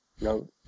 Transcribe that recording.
no